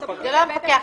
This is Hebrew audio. זה לא המפקח.